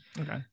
okay